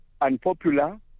unpopular